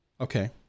okay